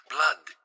Blood